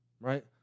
right